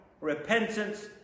repentance